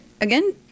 again